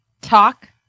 Talk